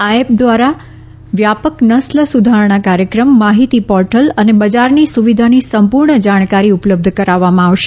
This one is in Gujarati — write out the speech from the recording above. આ એપ દ્વારા વ્યાપક નસ્લ સુધારણા કાર્યક્રમ માહિતી પોર્ટલ અને બજારની સુવિધાની સંપૂર્ણ જાણકારી ઉપલબ્ધ કરાવવામાં આવશે